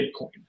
Bitcoin